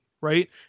right